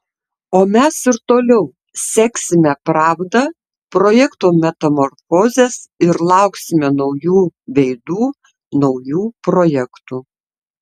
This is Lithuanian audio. o mes ir toliau seksime pravda projekto metamorfozes ir lauksime naujų veidų naujų projektų